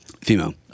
female